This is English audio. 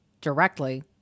directly